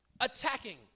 attacking